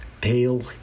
pale